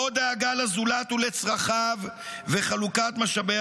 לא דאגה לזולת ולצרכיו וחלוקת משאבי